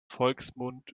volksmund